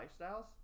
Lifestyles